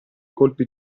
colpi